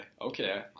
okay